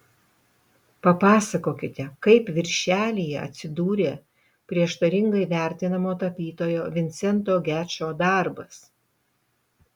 papasakokite kaip viršelyje atsidūrė prieštaringai vertinamo tapytojo vincento gečo darbas